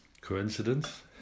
Coincidence